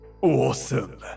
Awesome